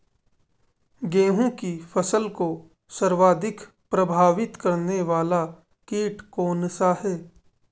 गेहूँ की फसल को सर्वाधिक प्रभावित करने वाला कीट कौनसा है?